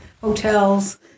hotels